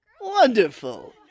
Wonderful